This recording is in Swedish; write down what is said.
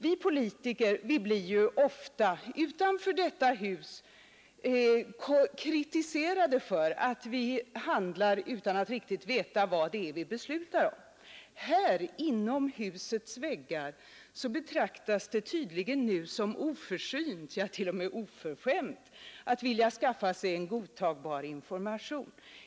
Vi politiker blir ju utanför detta hus ibland kritiserade för att vi handlar utan att riktigt veta vad det är vi beslutar om. Men inom detta hus betraktas det tydligen nu som oförsynt, ja, t.o.m. som oförskämt, att vilja skaffa sig en godtagbar information.